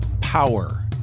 power